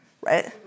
right